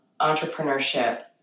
entrepreneurship